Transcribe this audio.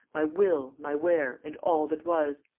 my will, my ware, and all that was,